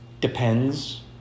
depends